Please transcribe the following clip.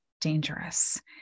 dangerous